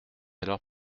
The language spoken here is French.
alors